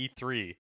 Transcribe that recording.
E3